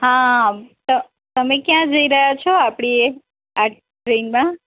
હા ત તમે ક્યાં જઈ રહ્યાં છો આપણી આ ટ્રેનમાં